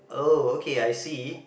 oh okay I see